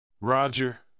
Roger